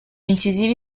incisivi